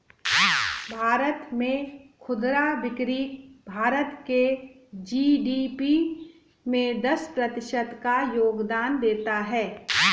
भारत में खुदरा बिक्री भारत के जी.डी.पी में दस प्रतिशत का योगदान देता है